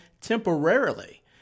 temporarily